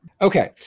Okay